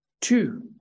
Two